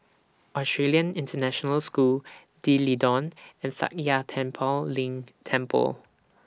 Australian International School D'Leedon and Sakya Tenphel Ling Temple